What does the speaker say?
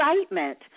excitement